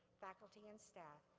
faculty and staff,